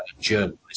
journalist